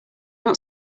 not